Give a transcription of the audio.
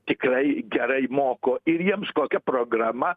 tikrai gerai moko ir jiems kokia programa